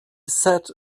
sat